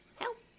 Help